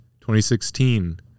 2016